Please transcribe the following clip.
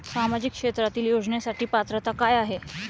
सामाजिक क्षेत्रांतील योजनेसाठी पात्रता काय आहे?